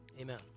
Amen